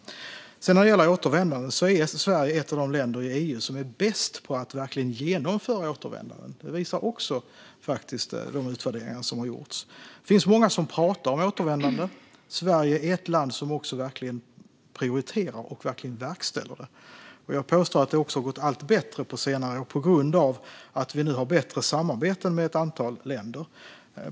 Sedan, när det gäller återvändande, är Sverige ett av de länder i EU som är bäst på att verkligen genomföra återvändanden. Det visar de utvärderingar som har gjorts. Det finns många som pratar om återvändande, men Sverige är ett land som prioriterar och verkligen verkställer dem. Jag påstår att det också har gått allt bättre på senare år på grund av att vi nu har bättre samarbete med ett antal länder.